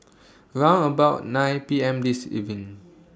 round about nine P M This evening